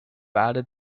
added